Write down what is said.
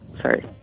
Sorry